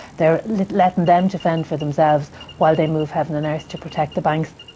they're letting them to fend for themselves while they move heaven and earth to protect the banks.